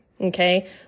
okay